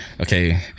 okay